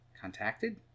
contacted